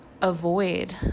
avoid